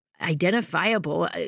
identifiable